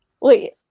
Wait